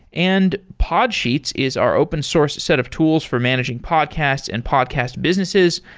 and pod sheets is our open source set of tools for managing podcasts and podcast businesses.